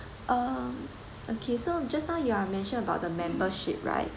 uh okay so just now you are mentioned about the membership right